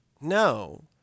no